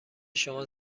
شما